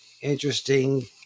interesting